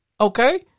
Okay